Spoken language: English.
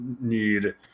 need